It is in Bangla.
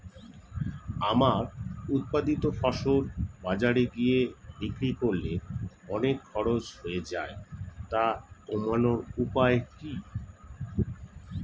আমার উৎপাদিত ফসল বাজারে গিয়ে বিক্রি করলে অনেক খরচ হয়ে যায় তা কমানোর উপায় কি?